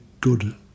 good